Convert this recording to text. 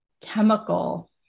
chemical